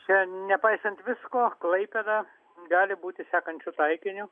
čia nepaisant visko klaipėda gali būti sekančiu taikiniu